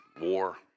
war